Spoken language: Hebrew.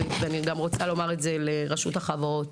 ואני גם רוצה לומר את זה לרשות החברות,